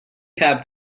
cab